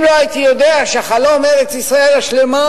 אם לא הייתי יודע שחלום ארץ-ישראל השלמה